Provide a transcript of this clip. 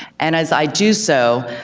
and as i do so,